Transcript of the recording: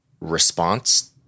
response